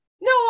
No